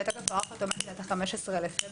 והתוקף הוארך אוטומטית עד 15 בפברואר.